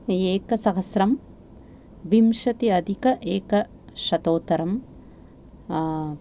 एकसहस्रं विंशति अधिक एकशतोत्तरं